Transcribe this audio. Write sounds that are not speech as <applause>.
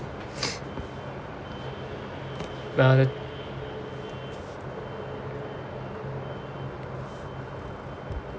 <noise> uh